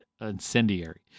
incendiary